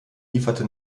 lieferte